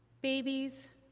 Babies